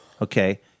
okay